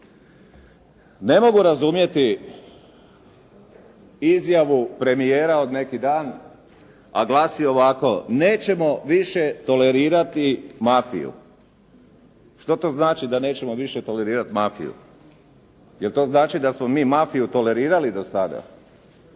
Ne mogu razumjeti izjavu premijera od neki dan, a glasi ovako. Nećemo više tolerirati mafiju. Što to znači da nećemo više tolerirati mafiju? Jel' to znači da smo mi mafiju tolerirali do sada